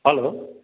hello